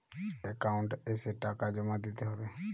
Account এসে টাকা জমা দিতে হবে?